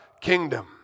kingdom